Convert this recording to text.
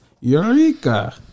Eureka